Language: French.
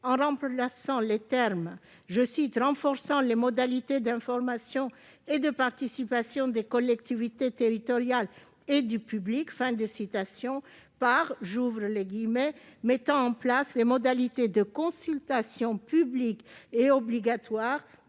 en remplaçant les mots « renforçant les modalités d'information et de participation des collectivités territoriales et du public » par les mots « mettant en place les modalités de consultation publique et obligatoire